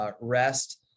rest